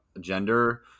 gender